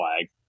flag